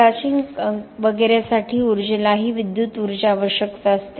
crushing वगैरेसाठी ऊर्जेलाही विद्युत ऊर्जा आवश्यक असते